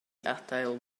adael